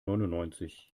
neunundneunzig